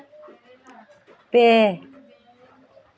ᱯᱮ